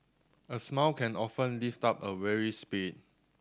a smile can often lift up a weary spirit